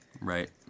right